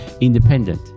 independent